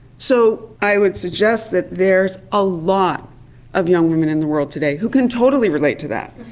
so i would suggest that there is a lot of young women in the world today who can totally relate to that.